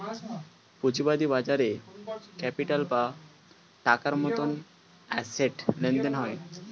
পুঁজিবাদী বাজারে ক্যাপিটাল বা টাকার মতন অ্যাসেট লেনদেন হয়